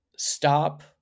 Stop